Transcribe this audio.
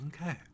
okay